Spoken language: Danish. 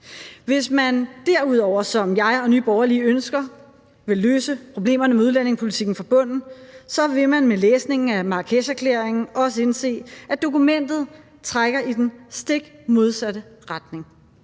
Hvis man derudover, som jeg og Nye Borgerlige ønsker, vil løse problemerne med udlændingepolitikken fra bunden, så vil man med læsningen af Marrakesherklæringen også indse, at dokumentet trækker i den stik modsatte retning.